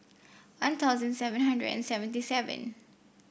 One Thousand seven hundred and seventy seven